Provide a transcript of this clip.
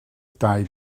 dau